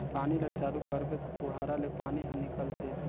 पानी ल चालू करबे त फुहारा ले पानी हर निकलथे